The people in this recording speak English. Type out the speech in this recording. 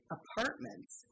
apartments